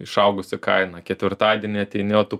išaugusi kaina ketvirtadienį ateini o tų